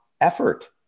effort